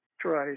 try